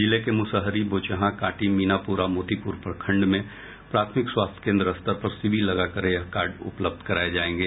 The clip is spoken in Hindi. जिले के मुसहरी बोचहां कांटी मीनापुर और मोतीपुर प्रखंड में प्राथमिक स्वास्थ्य केन्द्र स्तर पर शिविर लगाकर यह कार्ड उपलब्ध कराये जायेंगे